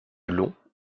long